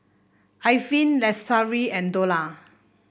Alfian Lestari and Dollah